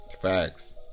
Facts